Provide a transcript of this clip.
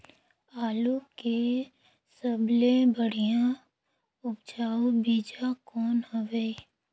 आलू के सबले बढ़िया उपजाऊ बीजा कौन हवय?